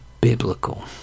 biblical